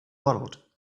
world